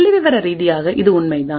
புள்ளிவிவர ரீதியாக இது உண்மைதான்